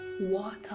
water